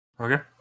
Okay